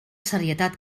serietat